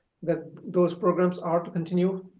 that those programs are to continue,